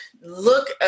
look